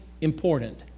important